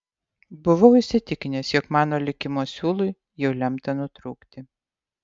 buvau įsitikinęs jog mano likimo siūlui jau lemta nutrūkti